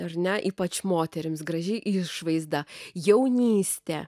ar ne ypač moterims graži išvaizda jaunystė